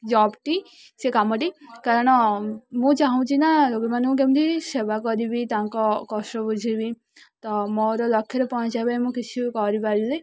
ଜବ୍ଟି ସେ କାମଟି କାରଣ ମୁଁ ଚାହୁଁଛି ନା ଲୋକମାନଙ୍କୁ କେମିତି ସେବା କରିବି ତାଙ୍କ କଷ୍ଟ ବୁଝିବି ତ ମୋର ଲକ୍ଷ୍ୟରେ ପହଞ୍ଚାଇ ପାଇଁ ମୁଁ କିଛି କରିପାରିଲି